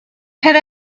had